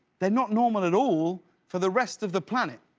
they're not normal at all for the rest of the planet.